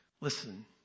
Listen